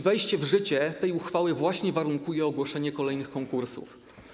Wejście w życie tej uchwały warunkuje ogłoszenie kolejnych konkursów.